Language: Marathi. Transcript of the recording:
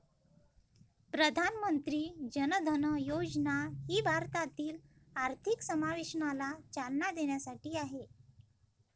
प्रधानमंत्री जन धन योजना ही भारतातील आर्थिक समावेशनाला चालना देण्यासाठी आहे